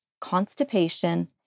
constipation